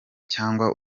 cyangwa